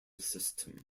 system